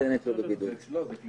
אצלנו בבית בביקור חברי